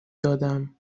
دادم